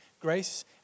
grace